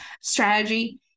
strategy